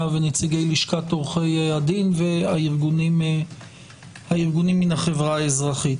ונציגי לשכת עורכי הדין והארגונים מהחברה האזרחית.